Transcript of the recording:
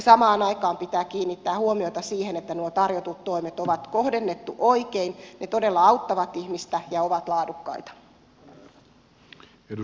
samaan aikaan pitää kiinnittää huomiota siihen että nuo tarjotut toimet on kohdennettu oikein ne todella auttavat ihmistä ja ovat laadukkaita